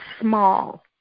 small